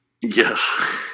Yes